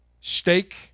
steak